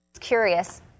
curious